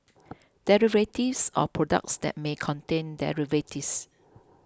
derivatives or products that may contain derivatives